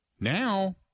Now